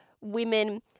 women